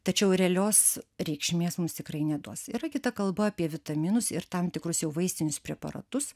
tačiau realios reikšmės mums tikrai neduos yra kita kalba apie vitaminus ir tam tikrus jau vaistinius preparatus